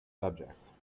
subjects